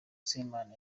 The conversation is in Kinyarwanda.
semana